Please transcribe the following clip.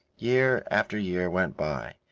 year after year went by,